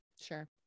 Sure